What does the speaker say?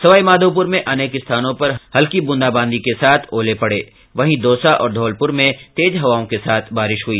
सवाईमाधोपुर में अनेक स्थानों पर हल्की बूंदाबांदी के साथ ओले पड़े वहीं दौसा और धौलपुर में तेज हवाओं के साथ बारिश हुई